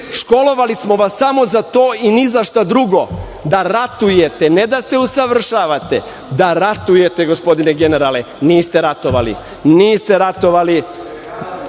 Školovali smo vas samo za to i ni za šta drugo, da ratujete, a ne da se usavršavate. Da ratujete, gospodine generale. Niste ratovali. Od 1991.